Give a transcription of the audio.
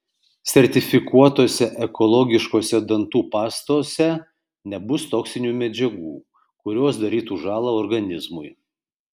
sertifikuotose ekologiškose dantų pastose nebus toksinių medžiagų kurios darytų žąlą organizmui